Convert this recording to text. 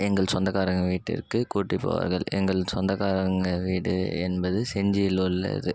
எங்கள் சொந்தக்காரங்கள் வீட்டிற்கு கூட்டி போவார்கள் எங்கள் சொந்தக்காரங்கள் வீடு என்பது செஞ்சியில் உள்ளது